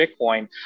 Bitcoin